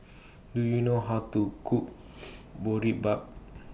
Do YOU know How to Cook Boribap